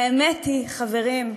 האמת היא, חברים,